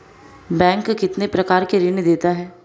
Bank कितने प्रकार के ऋण देता है?